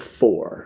four